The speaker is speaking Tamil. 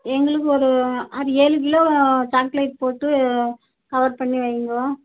எங்களுக்கு ஒரு ஆறு ஏழு கிலோ சாக்லேட் போட்டு கவர் பண்ணி வைங்க